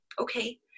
okay